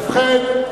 ובכן,